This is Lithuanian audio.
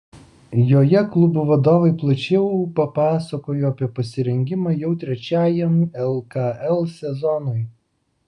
joje klubų vadovai plačiau papasakojo apie pasirengimą jau trečiajam lkl sezonui